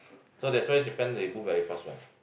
so that's why Japan they move very fast one